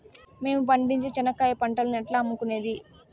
మేము పండించే చెనక్కాయ పంటను ఎట్లా అమ్ముకునేది?